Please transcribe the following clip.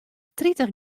tritich